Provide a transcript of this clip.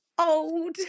old